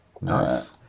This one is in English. Nice